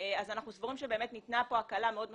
אז אנחנו סבורים שניתנה פה הקלה מאוד משמעותית,